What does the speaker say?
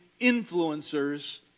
influencers